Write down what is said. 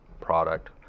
product